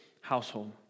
household